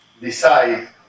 decide